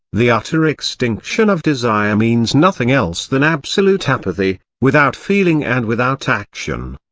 the utter extinction of desire means nothing else than absolute apathy, without feeling and without action.